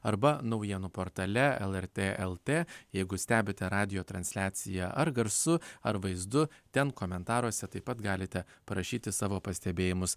arba naujienų portale lrt lt jeigu stebite radijo transliaciją ar garsu ar vaizdu ten komentaruose taip pat galite parašyti savo pastebėjimus